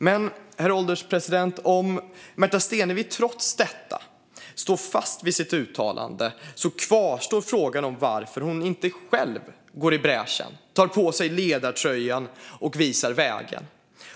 Men, herr ålderspresident, om Märta Stenevi trots detta står fast vid sitt uttalande kvarstår frågan om varför hon själv inte går i bräschen, tar på sig ledartröjan och visar vägen.